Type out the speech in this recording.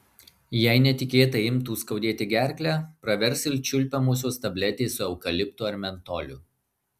jei netikėtai imtų skaudėti gerklę pravers ir čiulpiamosios tabletės su eukaliptu ar mentoliu